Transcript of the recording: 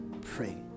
pray